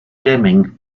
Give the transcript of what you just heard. deming